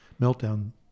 meltdown